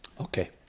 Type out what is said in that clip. Okay